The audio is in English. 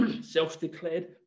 self-declared